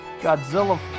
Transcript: Godzilla